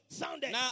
sounded